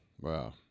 Wow